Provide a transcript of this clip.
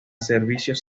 servicios